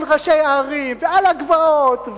על ראשי ההרים ועל הגבעות,